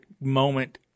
moment